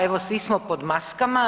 Evo svi smo pod maskama.